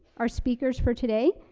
our speakers for today,